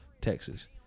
Texas